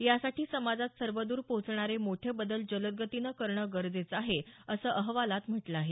यासाठी समाजात सर्वद्र पोचणारे मोठे बदल जलदगतीनं करणं गरजेचं आहे असं अहवालात म्हटलं आहे